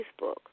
Facebook